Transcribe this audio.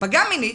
שפגע מינית,